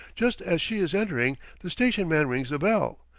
just as she is entering, the station-man rings the bell.